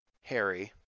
Harry